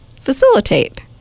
facilitate